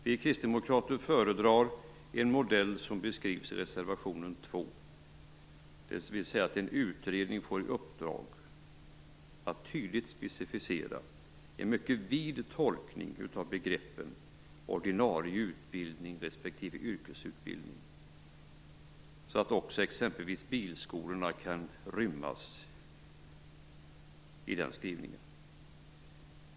Vi kristdemokrater föredrar en modell som beskrivs i reservationen 2, dvs. att en utredning får i uppdrag att tydligt specificera en mycket vid tolkning av begreppen ordinarie utbildning respektive yrkesutbildning, så att också exempelvis bilskolorna kan rymmas i den skrivningen.